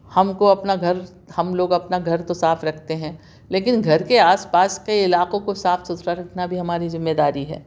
ہم کو اپنا گھر ہم لوگ اپنا گھر تو صاف رکھتے ہیں لیکن گھر کے آس پاس کے علاقوں کو صاف سُتھرا رکھنا بھی ہماری ذمہ داری ہے